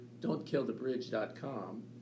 DontKillTheBridge.com